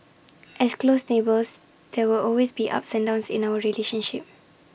as close neighbours there will always be ups and downs in our relationship